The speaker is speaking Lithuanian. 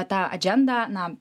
tą adžendą na